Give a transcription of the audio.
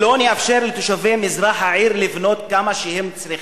"לא נאפשר לתושבי מזרח העיר לבנות כמה שהם צריכים,